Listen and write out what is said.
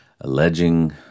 alleging